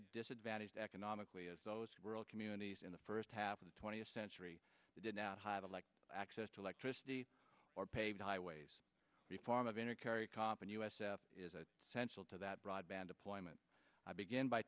a disadvantaged economically as those rural communities in the first half of the twentieth century did not hide like access to electricity or paved highways the form of inner carry koppen usa is a potential to that broadband deployment i began by